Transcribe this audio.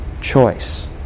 choice